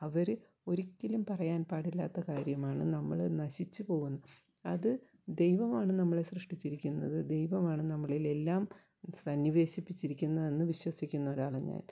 അവർ ഒരിക്കലും പറയാൻ പാടില്ലാത്ത കാര്യമാണ് നമ്മൾ നശിച്ച് പോകും അത് ദൈവമാണ് നമ്മളെ സൃഷ്ടിച്ചിരിക്കുന്നത് ദൈവമാണ് നമ്മളിലെല്ലാം സന്നിവേശിപ്പിച്ചിരിക്കുന്നത് എന്ന് വിശ്വസിക്കുന്ന ഒരാളാണ് ഞാൻ